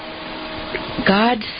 God